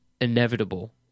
inevitable